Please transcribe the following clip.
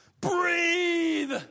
Breathe